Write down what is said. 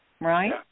right